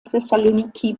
thessaloniki